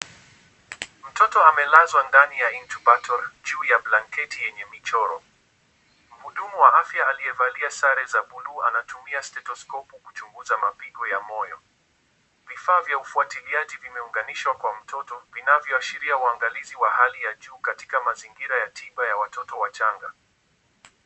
Mtoto amelazwa ndani ya incubator , juu ya blanketi yenye michoro. Muhudumu wa afya aliyevalia sare za blue , anatumia stethoscope kuchunguza mapigo ya moyo. Vifaa vya ufuatiliaji vimeunganishwa kwa mtoto, vinavyoashiria uangalizi wa hali ya juu katika mazingira ya tiba ya watoto wachanga.